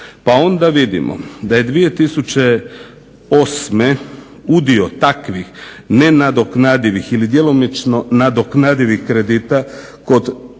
Pa onda vidimo da je 2008.udio takvih nenadoknadivih ili djelomično nadoknadivih kredita kod